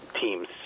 teams